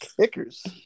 kickers